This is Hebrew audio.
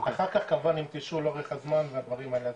אחר כך כמובן עם תשאול לאורך הזמן והדברים האלה,